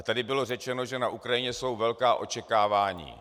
Tady bylo řečeno, že na Ukrajině jsou velká očekávání.